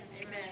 Amen